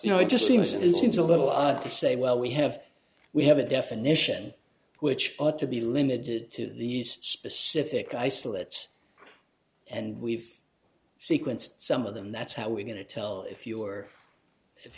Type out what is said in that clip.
you know it just seems it isn't a little odd to say well we have we have a definition which ought to be limited to these specific isolates and we've sequenced some of them that's how we're going to tell if you are if